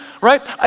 Right